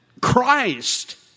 Christ